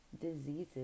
diseases